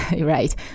right